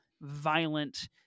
violent